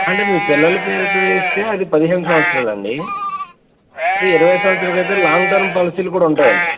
అంటే మీపిల్లల పేరుతో ఏస్తే అది పదిహేను సంవత్సరాలండీ అదే ఇరవై సంవత్సరాలకైతే లాంగ్ టర్మ్ పాలసీలు కూడా ఉంటాయండి